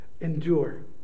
Endure